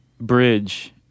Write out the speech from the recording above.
bridge